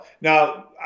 now